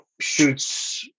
shoots